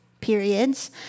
periods